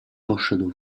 poszedł